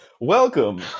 Welcome